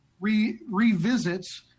revisits